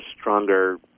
stronger